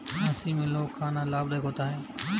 खांसी में लौंग खाना लाभदायक होता है